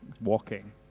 walking